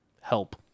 help